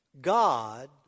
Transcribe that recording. God